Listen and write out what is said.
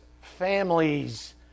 families